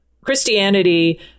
Christianity